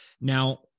now